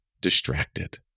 distracted